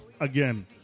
again